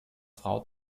frau